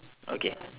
okay